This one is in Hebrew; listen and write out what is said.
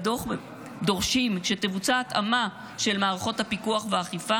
בדוח דורשים שתבוצע התאמה של מערכות הפיקוח והאכיפה